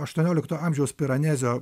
aštuoniolikto amžiaus piranezio